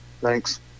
Thanks